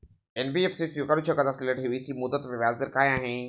NBFC स्वीकारु शकत असलेल्या ठेवीची मुदत व व्याजदर काय आहे?